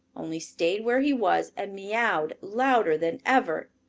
only stayed where he was and meowed louder than ever.